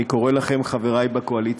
אני קורא לכם, חברי בקואליציה: